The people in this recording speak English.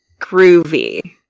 Groovy